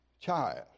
child